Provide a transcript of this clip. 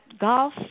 golf